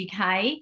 UK